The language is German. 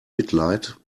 mitleid